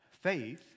Faith